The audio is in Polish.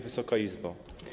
Wysoka Izbo!